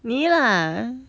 你 lah